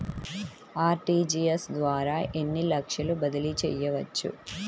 RTGS ద్వారా ఎన్ని లక్షలు బదిలీ చేయవచ్చు?